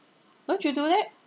don't you do that